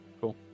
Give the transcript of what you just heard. Cool